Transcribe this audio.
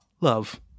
Love